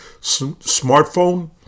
smartphone